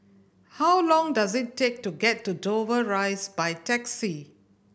how long does it take to get to Dover Rise by taxi